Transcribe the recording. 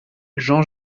jean